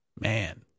man